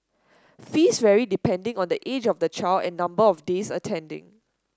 fees vary depending on the age of the child and number of days attending